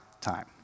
time